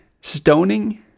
Stoning